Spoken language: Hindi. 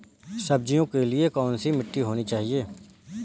सब्जियों के लिए कैसी मिट्टी होनी चाहिए?